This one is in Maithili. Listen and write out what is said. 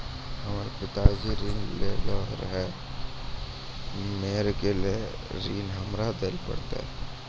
हमर पिताजी ऋण लेने रहे मेर गेल ऋण हमरा देल पड़त?